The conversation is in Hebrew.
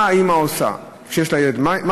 מה אימא שיש לה ילד עושה?